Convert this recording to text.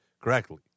correctly